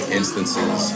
instances